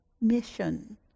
mission